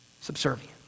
subservient